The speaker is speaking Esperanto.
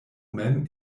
mem